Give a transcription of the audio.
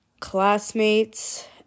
Classmates